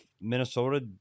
Minnesota